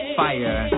fire